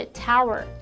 tower